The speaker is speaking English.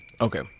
Okay